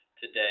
today